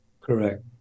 Correct